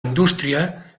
indústria